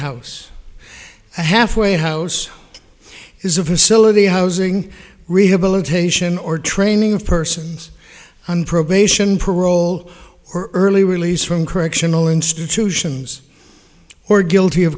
house a half way house is a facility housing rehabilitation or training of persons on probation parole or early release from correctional institutions or guilty